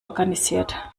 organisiert